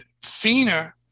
FINA